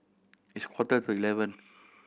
its quarter to eleven